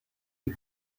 you